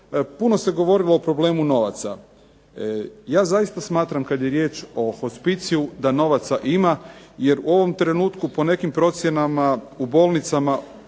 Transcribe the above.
Puno se govorilo o problemu novaca. Ja zaista smatram da kada je riječ o hospiciju da novaca ima jer u ovom trenutku po nekim procjenama u bolnicama